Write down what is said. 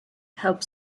help